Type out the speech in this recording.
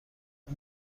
اون